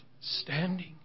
standing